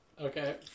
Okay